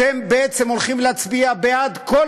אתם בעצם הולכים להצביע בעד כל